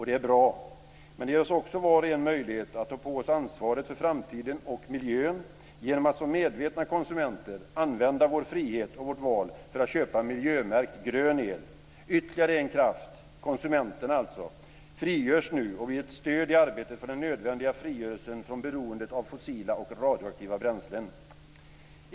Det är bra. Men det ger oss också var och en möjlighet att ta på oss ansvaret för framtiden och miljön genom att som medvetna konsumenter använda vår frihet och vårt val för att köpa miljömärkt grön el. Ytterligare en kraft, konsumenterna alltså, frigörs nu och blir ett stöd i arbetet för den nödvändiga frigörelsen från beroendet av fossila och radioaktiva bränslen.